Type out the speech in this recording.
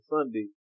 Sunday